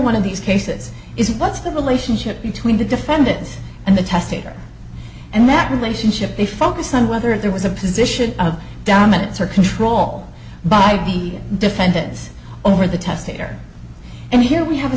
one of these cases is what's the relationship between the defendant and the testator and that relationship they focus on whether there was a position of dominance or control by the defendant is over the test there and here we have a